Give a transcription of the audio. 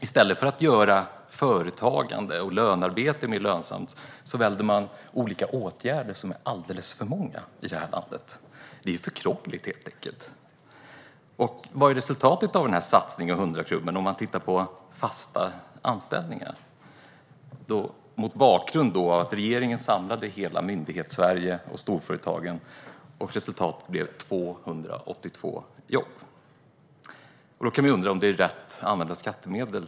I stället för att göra företagande och lönearbete mer lönsamt väljer man olika åtgärder, som är alldeles för många i det här landet. Det är helt enkelt för krångligt. Vad blev då resultatet av satsningen på 100-klubben, sett till fasta anställningar och mot bakgrund av att regeringen samlade hela Myndighetssverige och storföretagen? Resultatet blev 282 jobb. Av en sådan stor samling har det blivit 282 jobb.